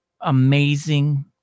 amazing